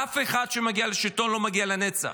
אף אחד שמגיע לשלטון לא מגיע לנצח.